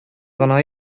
гына